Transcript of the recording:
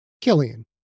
Killian